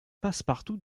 passepartout